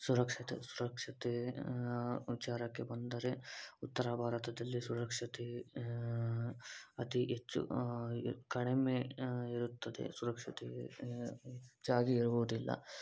ಸುರಕ್ಷತೆ ಸುರಕ್ಷತೆ ವಿಚಾರಕ್ಕೆ ಬಂದರೆ ಉತ್ತರ ಭಾರತದಲ್ಲಿ ಸುರಕ್ಷತೆ ಅತೀ ಹೆಚ್ಚು ಕಡಿಮೆ ಇರುತ್ತದೆ ಸುರಕ್ಷತೆ ಹೆಚ್ಚಾಗಿ ಇರುವುದಿಲ್ಲ